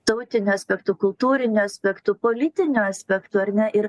tautiniu aspektu kultūriniu aspektu politiniu aspektu ar ne ir